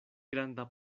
granda